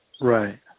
Right